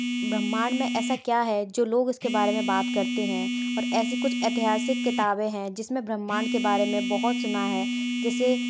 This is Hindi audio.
ब्रह्मांड में ऐसा क्या है जो लोग उसके बारे में बात करते हैं और ऐसी कुछ ऐतिहासिक किताबें हैं जिसमें ब्रह्मांड के बारे में बहुत सुना है जैसे